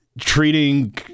treating